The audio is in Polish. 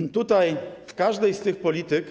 I tutaj w każdej z tych polityk